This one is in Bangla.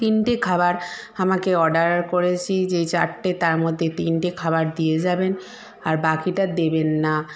তিনটে খাবার আমাকে অর্ডার করেছি যে চারটে তার মধ্যে তিনটে খাবার দিয়ে যাবেন আর বাকিটা দেবেন না